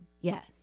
yes